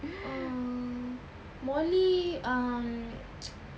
uh molly um